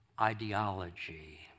ideology